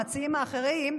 המציעים האחרים,